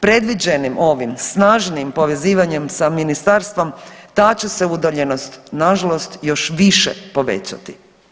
Predviđenim ovim snažnijim povezivanjem sa ministarstvom ta će se udaljenost nažalost još više povećati.